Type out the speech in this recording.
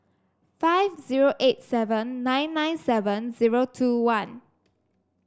five zero eight seven nine nine seven zero two one